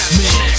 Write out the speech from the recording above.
man